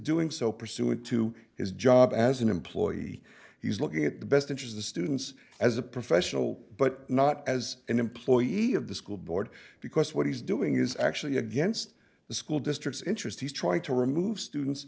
doing so pursuant to his job as an employee he's looking at the best interest the students as a professional but not as an employee of the school board because what he's doing is actually against the school district's interest he's trying to remove students